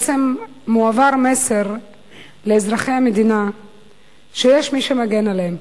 בעצם מועבר מסר לאזרחי המדינה שיש מי שמגן עליהם,